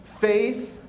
faith